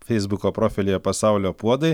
feisbuko profilyje pasaulio puodai